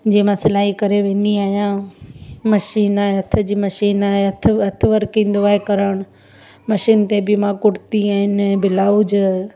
जीअं मां सिलाई करे वेंदी आहियां मशीन आहे हथ जी मशीन आहे हथ हथ वर्क ईंदो आहे करणु मशीन ते बि मां कुर्ती ऐं ब्लाउज़